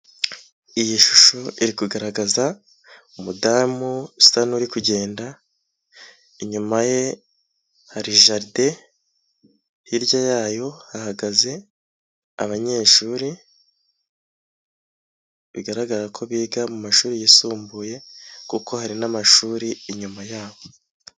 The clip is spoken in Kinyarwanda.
Iyi shusho iri kugaragaza umudamu usa n'uri kugenda, inyuma ye hari jaride, hirya yayo hahagaze abanyeshuri bigaragara ko biga mu mashuri yisumbuye kuko hari n'amashuri inyuma yabo.